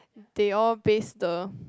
they all based the